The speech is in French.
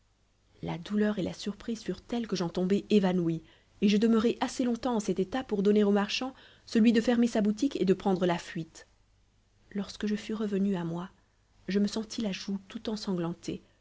la douleur et la surprise furent telles que j'en tombai évanouie et je demeurai assez longtemps en cet état pour donner au marchand celui de fermer sa boutique et de prendre la fuite lorsque je fus revenue à moi je me sentis la joue tout ensanglantée